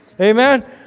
Amen